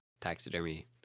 taxidermy